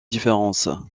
différences